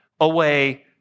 away